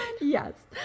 Yes